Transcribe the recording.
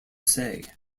say